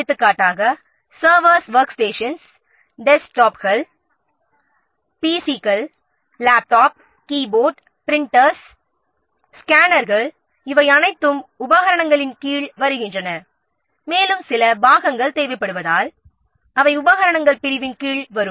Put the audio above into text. எடுத்துக்காட்டாக servers workstations டெஸ்க்டாப்புகள் பிசிக்கள் லேப்டாப் கீபோர்டு பிரின்டர்கள் ஸ்கேனர்கள் இவை அனைத்தும் உபகரணங்களின் கீழ் வருகின்றன மேலும் சில பாகங்கள் தேவைப்படுவதால் அவை உபகரணங்கள் பிரிவின் கீழ் வரும்